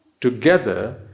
together